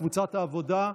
קבוצת סיעת העבודה,